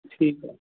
ठीकु आहे